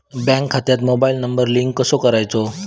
Bank खात्यात mobile number link कसो करायचो?